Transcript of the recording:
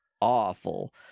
awful